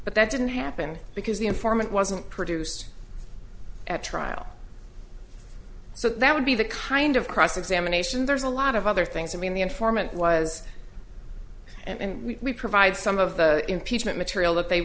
but that didn't happen because the informant wasn't produced at trial so that would be the kind of cross examination there is a lot of other things i mean the informant was and we provide some of the impeachment material that they